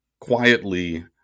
quietly